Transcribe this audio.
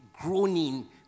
groaning